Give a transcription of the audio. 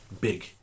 big